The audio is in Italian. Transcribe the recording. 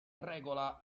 regola